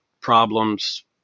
problems